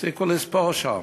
הפסיקו לספור שם.